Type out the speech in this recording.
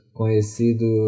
conhecido